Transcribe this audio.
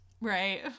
Right